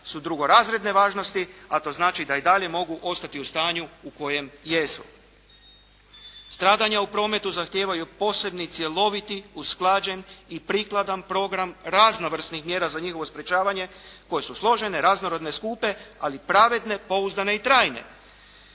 su drugorazredne važnosti, a to znači da i dalje mogu ostati u stanju u kojem jesu. Stradanja u prometu zahtijevaju posebni cjeloviti usklađen i prikladan program raznovrsnih mjera za njihovo sprječavanje koje su složene, raznorodne, skupe. Ali pravedne, pouzdane i trajne.